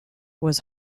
was